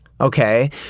Okay